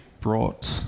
brought